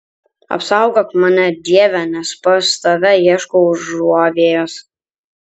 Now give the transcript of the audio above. apsaugok mane dieve nes pas tave ieškau užuovėjos